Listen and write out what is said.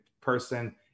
person